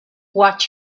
watch